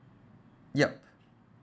yup